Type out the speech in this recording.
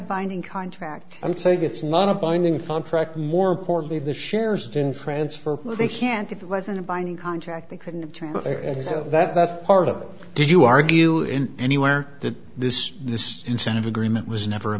a binding contract and say gets none a binding contract more importantly the shares in france for they can't if it wasn't a binding contract they couldn't travel there and so that's part of it did you argue in anywhere that this this incentive agreement was never a